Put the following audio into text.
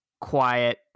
quiet